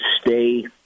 stay